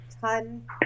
ton